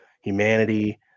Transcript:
humanity